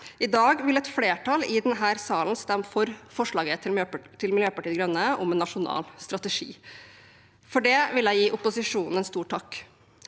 I dag vil et flertall i denne salen stemme for forslaget fra Miljøpartiet De Grønne om en nasjonal strategi. For det vil jeg gi opposisjonen en stor takk.